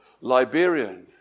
Liberian